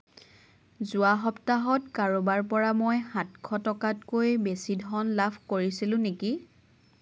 যোৱা সপ্তাহত কাৰোবাৰ পৰা মই সাতশ টকাতকৈ বেছি ধন লাভ কৰিছিলোঁ নেকি